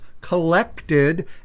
collected